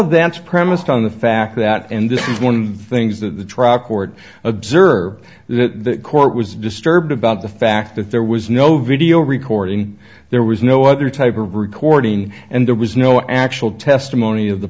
of that's premised on the fact that and this is one of things that the trial court observed that the court was disturbed about the fact that there was no video recording there was no other type of recording and there was no actual testimony of the